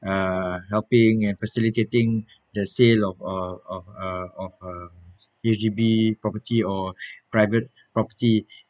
uh helping and facilitating the sale of a of a of a H_D_B property or private property